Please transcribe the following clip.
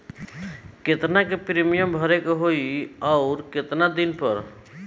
केतना के प्रीमियम भरे के होई और आऊर केतना दिन पर?